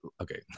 okay